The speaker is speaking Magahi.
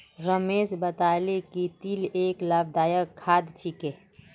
रमेश बताले कि तिल एक लाभदायक खाद्य छिके